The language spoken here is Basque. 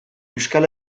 euskal